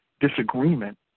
disagreement